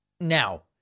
Now